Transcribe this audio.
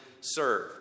serve